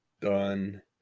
done